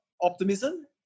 optimism